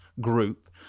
group